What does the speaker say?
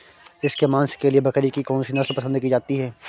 इसके मांस के लिए बकरी की कौन सी नस्ल पसंद की जाती है?